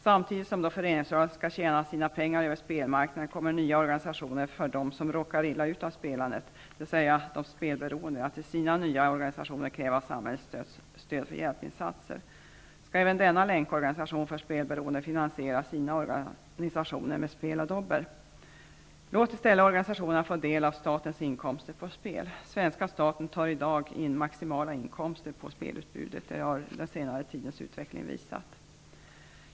Samtidigt som föreningsrörelserna skall förtjäna sina pengar på spelmarknaden, kommer nya organisationer för dem som råkar illa ut av spelandet, dvs. de spelberoende, att kräva samhällets stöd för hjälpinsatser till sina nya organisationer. Skall även länkorganisationen för spelberoende finansiera sina organisationer med spel och dobbel? Låt i stället organisationerna få del av statens inkomster på spel. Den svenska staten tar i dag in maximala inkomster på spelutbudet. Det har den senare tidens utveckling visat.